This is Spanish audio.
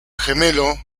gemelo